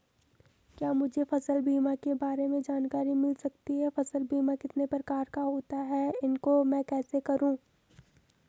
क्या मुझे फसल बीमा के बारे में जानकारी मिल सकती है फसल बीमा कितने प्रकार का होता है इसको मैं कैसे करूँ?